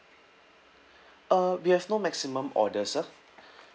uh we have no maximum order sir